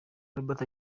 robert